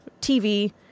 TV